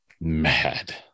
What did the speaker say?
Mad